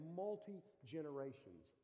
multi-generations